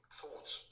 thoughts